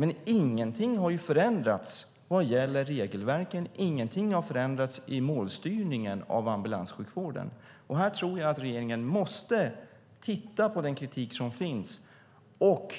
Men ingenting har förändrats vad gäller regelverken. Ingenting har förändrats i målstyrningen av ambulanssjukvården. Här tror jag att regeringen måste ta till sig den kritik som finns och